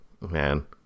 Man